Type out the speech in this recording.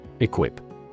Equip